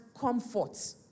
comfort